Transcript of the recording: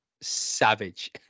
savage